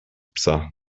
psa